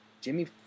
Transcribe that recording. Jimmy